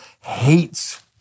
hates